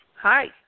Hi